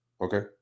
Okay